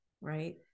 right